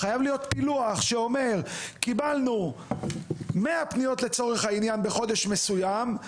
חייב להיות פילוח שאומר: קיבלנו לצורך העניין 100 פניות בחודש מסוים.